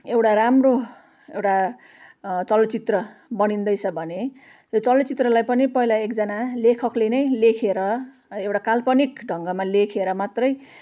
एउटा राम्रो एउटा चलचित्र बनिँदैछ भने यो चलचित्रलाई पनि पहिला एकजना लेखकले नै लेखेर एउटा काल्पनिक ढङ्गमा लेखेर मात्रै